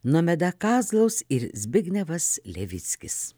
nomeda kazlos ir zbignevas levickis